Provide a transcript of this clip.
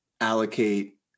allocate